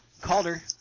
Calder